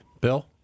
Bill